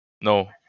no